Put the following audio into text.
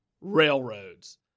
railroads